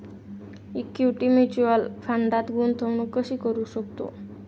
Equity mutual फंडात गुंतवणूक कशी करू शकतो?